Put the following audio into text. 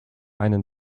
einen